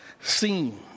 seen